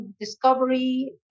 Discovery